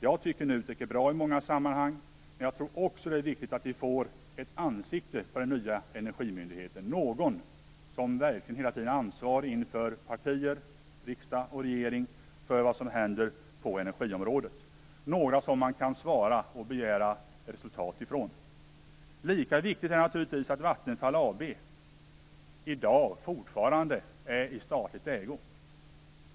Jag tycker att NUTEK är bra i många sammanhang, men jag tror också att det är viktigt att vi får ett ansikte på den nya energimyndigheten - någon som är ansvarig inför partier, riksdag och regering för vad som händer på energiområdet, som kan svara och som man kan begära resultat av. Lika viktigt är naturligtvis att Vattenfall AB i dag fortfarande är i statlig ägo.